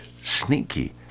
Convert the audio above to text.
sneaky